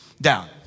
down